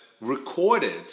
recorded